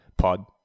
pod